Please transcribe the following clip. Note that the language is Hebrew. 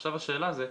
עכשיו השאלה זה,